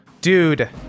Dude